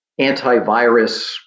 antivirus